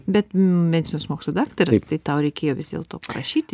bet medicinos mokslų daktaras tai tau reikėjo vis dėlto parašyti